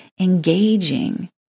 engaging